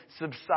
subside